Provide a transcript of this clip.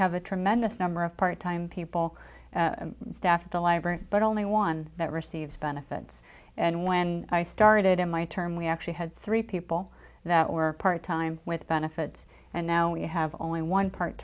have a tremendous number of part time people and staff at the library but only one that receives benefits and when i started in my term we actually had three people that work part time with benefits and now we have only one part